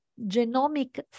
genomic